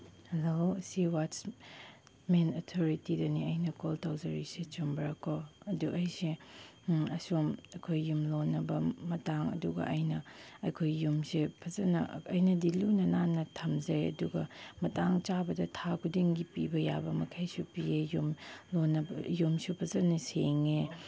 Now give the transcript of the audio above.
hello ꯁꯤ ꯋꯥꯠꯁꯃꯦꯟ ꯑꯣꯊꯣꯔꯤꯇꯤꯗꯨꯅꯤ ꯑꯩꯅ ꯀꯣꯜ ꯇꯧꯖꯔꯛꯏꯁꯤ ꯆꯨꯝꯕ꯭ꯔꯥꯀꯣ ꯑꯗꯨ ꯑꯩꯁꯦ ꯑꯁꯣꯝ ꯑꯩꯈꯣꯏ ꯌꯨꯝ ꯂꯣꯟꯅꯕ ꯃꯇꯥꯡ ꯑꯗꯨꯒ ꯑꯩꯅ ꯑꯩꯈꯣꯏ ꯌꯨꯝꯁꯦ ꯐꯖꯅ ꯑꯩꯅꯗꯤ ꯂꯨꯅ ꯅꯥꯟꯅ ꯊꯝꯖꯩ ꯑꯗꯨꯒ ꯃꯇꯥꯡ ꯆꯥꯕꯗ ꯊꯥ ꯈꯨꯗꯤꯡꯒꯤ ꯄꯤꯕ ꯌꯥꯕ ꯃꯈꯩꯁꯨ ꯄꯤꯌꯦ ꯌꯨꯝꯁꯨ ꯐꯖꯅ ꯁꯦꯡꯉꯦ